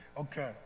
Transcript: Okay